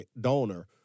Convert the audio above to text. donor